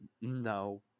No